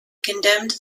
condemned